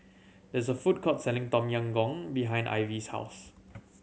there is a food court selling Tom Yam Goong behind Ivey's house